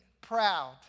proud